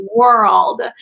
world